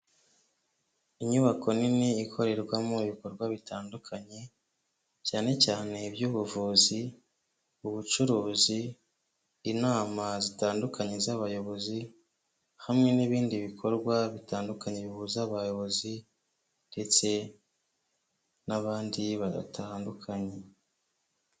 Inyubako nini ikorerwamo ibikorwa bitandukanye, cyane cyane iby'ubuvuzi, ubucuruzi, inama zitandukanye z'abayobozi, hamwe n'ibindi bikorwa bitandukanye bihuza abayobozi ndetse n'abandi batandukanye.